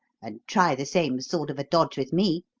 and try the same sort of a dodge with me.